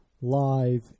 live